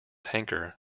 tanker